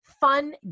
fun